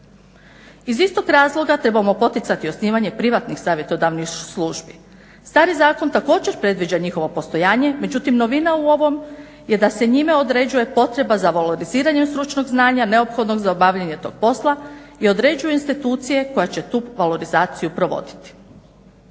Iz istog razloga trebamo poticati osnivanje privatnih savjetodavnih službi. Stari zakon također predviđa njihovo postojanje, međutim novina u ovom je da se njime određuje potreba za valoriziranjem stručnog znanja neophodnog za obavljanje tog posla i određuje institucije koje će tu valorizaciju provoditi.